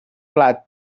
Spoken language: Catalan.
blat